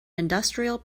industrial